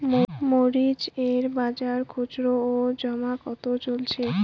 মরিচ এর বাজার খুচরো ও জমা কত চলছে?